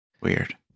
Weird